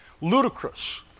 ludicrous